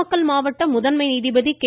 நாமக்கல் மாவட்ட முதன்மை நீதிபதி கே